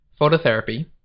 Phototherapy